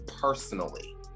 personally